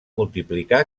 multiplicar